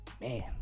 man